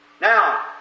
Now